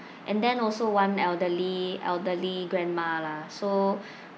and then also one elderly elderly grandma lah so